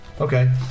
Okay